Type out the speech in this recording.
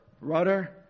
rudder